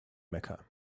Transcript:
mecca